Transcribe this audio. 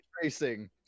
tracing